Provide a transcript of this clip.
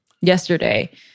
yesterday